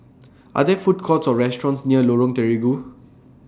Are There Food Courts Or restaurants near Lorong Terigu